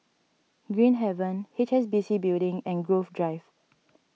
Green Haven H S B C Building and Grove Drive